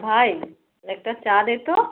ভাই একটা চা দে তো